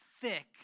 thick